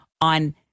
on